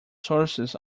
sources